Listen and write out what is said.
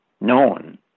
known